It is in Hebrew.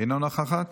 אינה נוכחת.